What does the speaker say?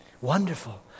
wonderful